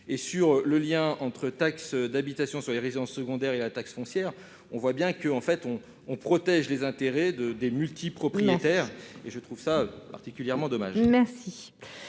est établi entre la taxe d'habitation sur les résidences secondaires et la taxe foncière, on voit bien qu'il vise à protéger les intérêts des multipropriétaires. Je trouve cela particulièrement dommage. La